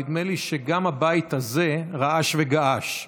נדמה לי שגם הבית הזה רעש וגעש.